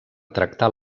tractar